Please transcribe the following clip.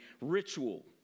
ritual